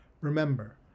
Remember